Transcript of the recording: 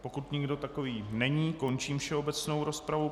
Pokud nikdo takový není, končím všeobecnou rozpravu.